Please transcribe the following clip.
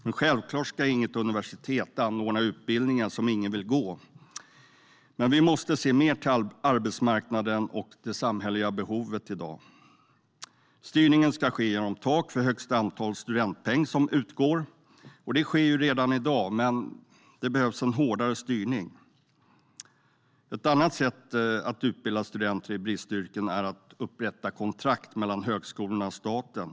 Men självklart ska inget universitet anordna utbildningar som ingen vill gå. Vi måste dock se mer till arbetsmarknaden och det samhälleliga behovet. Styrning ska ske genom ett tak för de studentpengar som utgår. Detta sker redan i dag, men det behövs en hårdare styrning. Ett annat sätt att utbilda studenter i bristyrken är att upprätta kontrakt mellan högskolorna och staten.